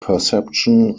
perception